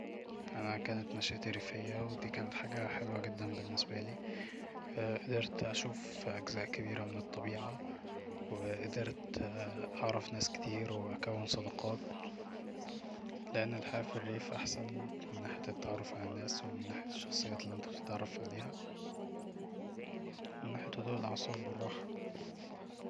أنا كانت نشأتي ريفية ودي كانت حاجة حلو جدا بالنسبالي قدرت أشوف أجزاء كبيرة من الطبيعة وقدرت اعرف ناس كتير واكون صداقات لأن الحياة في الريف احسن من ناحية التعرف على الناس ومن ناحية الشخصيات اللي انت بتتعرف عليها ومن ناحية هدوء الاعصاب والراحة